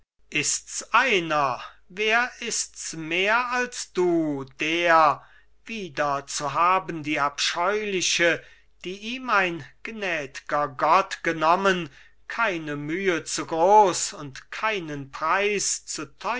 ist's einer wer ist's mehr als du der wieder zu haben die abscheuliche die ihm ein gnäd'ger gott genommen keine mühe zu groß und keinen preis